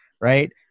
right